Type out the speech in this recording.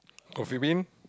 Coffee-Bean